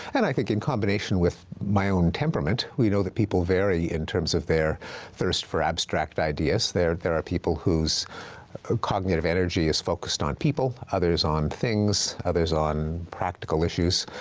and i think in combination with my own temperament. we know that people vary in terms of their thirst for abstract ideas. there there are people whose cognitive energy is focused on people, other's on things, other's on practical issues.